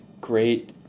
great